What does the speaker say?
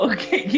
Okay